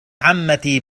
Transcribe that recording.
عمتي